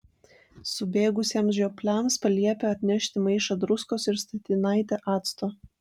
subėgusiems žiopliams paliepė atnešti maišą druskos ir statinaitę acto